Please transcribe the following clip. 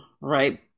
right